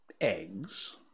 eggs